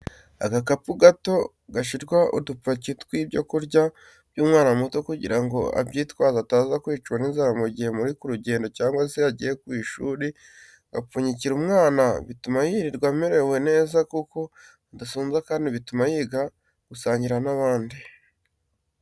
Agakapu gato gashyirwa udupaki tw'ibyo kurya by'umwana muto kugira ngo abyitwaze ataza kwicwa n'inzara mu gihe muri ku rugendo cyangwa se yagiye ku ishuri, gupfunyikira umwana bituma yirirwa amerewe neza kuko adasonza kandi bituma yiga gusangira n'abandi.